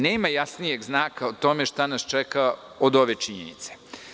Nema jasnijeg znaka o tome šta nas čeka od ove činjenice.